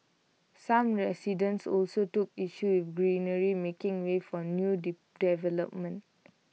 some residents also took issue with the greenery making way for new developments